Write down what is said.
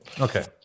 Okay